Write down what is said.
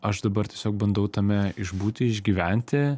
aš dabar tiesiog bandau tame išbūti išgyventi